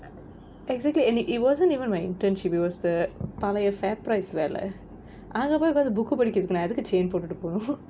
exactly and it it wasn't even my internship it was the பழைய:palaiya FairPrice வேல அதுல போய் உக்காந்து:vela athula poi ukkaanthu book கு படிக்கதுக்கு நான் எதுக்கு:ku padikkathukku naan ethukku chain போட்டுட்டு போவனு:pottuttu povanu